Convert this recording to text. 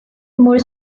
more